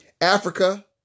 Africa